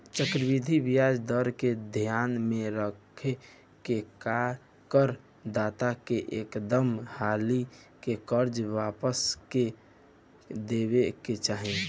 चक्रवृद्धि ब्याज दर के ध्यान में रख के कर दाता के एकदम हाली से कर्जा वापस क देबे के चाही